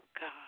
God